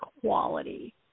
quality